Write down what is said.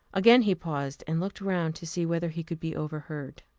again he paused, and looked round to see whether he could be overheard.